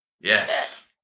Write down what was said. Yes